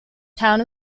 town